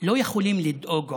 לא יכולים לדאוג עוד,